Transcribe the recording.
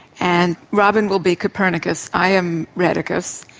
and robyn will be copernicus. i am rheticus.